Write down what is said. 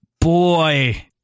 boy